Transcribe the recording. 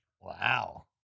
Wow